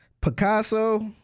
Picasso